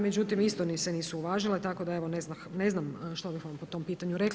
Međutim, isto mi se nisu uvažile, tako da evo, ne znam što bih vam po tom pitanju rekla.